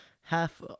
half